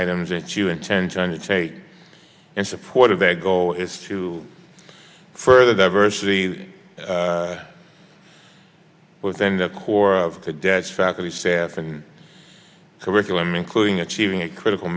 items that you intend to undertake and supported that goal is to further the versity within the corps of cadets faculty staff and curriculum including achieving a critical